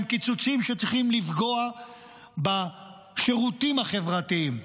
הם קיצוצים שצריכים לפגוע בשירותים החברתיים,